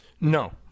No